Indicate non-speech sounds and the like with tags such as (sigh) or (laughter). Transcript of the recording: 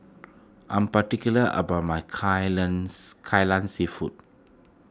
I'm particular about my Kai (unintelligible) Kai Lan Seafood